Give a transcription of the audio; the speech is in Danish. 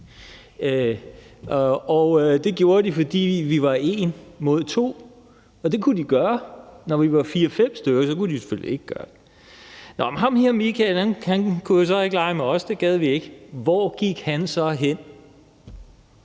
Det gav de os, fordi vi var én mod to, og det kunne de gøre. Når vi var fire-fem stykker, kunne de selvfølgelig ikke gøre det. Nå, men ham her Michael kunne jo så ikke lege med os. Det gad vi ikke. Hvor gik han så hen?